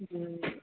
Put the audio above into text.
जी